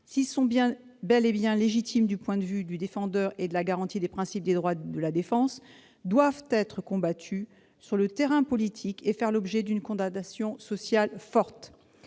s'ils sont bien bel et bien légitimes du point de vue du défendeur et de la garantie des principes des droits de la défense, doivent être combattus sur le terrain politique et faire l'objet d'une condamnation sociale forte.